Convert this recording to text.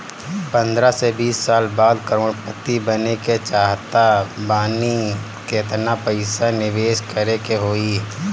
पंद्रह से बीस साल बाद करोड़ पति बने के चाहता बानी केतना पइसा निवेस करे के होई?